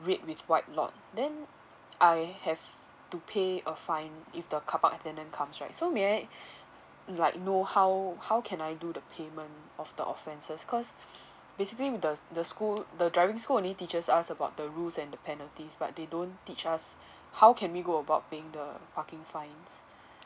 red with white lot then I have to pay a fine if the carpark attendant comes right so may I like know how how can I do the payment of the offences cause basically the the school the driving school only teaches us about the rules and the penalties but they don't teach us how can we go about paying the parking fines